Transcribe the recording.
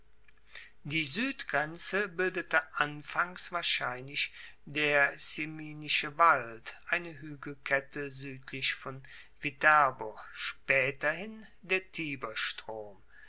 die suedgrenze bildete anfangs wahrscheinlich der ciminische wald eine huegelkette suedlich von viterbo spaeterhin der